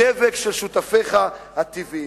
הדבק של שותפיך הטבעיים.